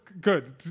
good